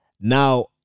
Now